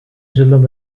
zullen